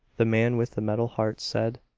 the man with the metal heart said